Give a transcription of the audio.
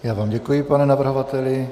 Já vám děkuji, pane navrhovateli.